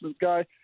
guy